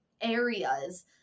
areas